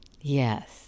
Yes